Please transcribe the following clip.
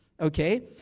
okay